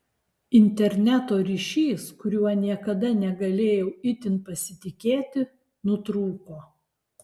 interneto ryšys kuriuo niekada negalėjau itin pasitikėti nutrūko